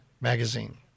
Magazine